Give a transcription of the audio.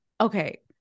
Okay